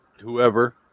whoever